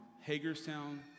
Hagerstown